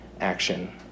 action